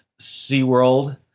SeaWorld